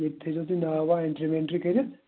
ییٚتہِ تھٲوِزیٚو تُہۍ ناو واو اینٛٹری وینٛٹری کٔرِتھ